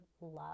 love